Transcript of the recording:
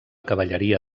cavalleria